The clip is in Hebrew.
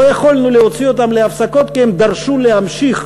לא יכולנו להוציא אותם להפסקות כי הם דרשו להמשיך